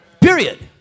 period